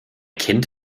kind